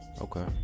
Okay